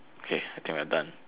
okay I think we are done